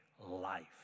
life